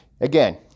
again